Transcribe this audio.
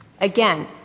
Again